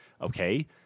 Okay